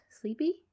sleepy